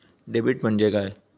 Debit म्हणजे काय?